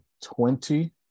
twenty